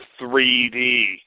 3D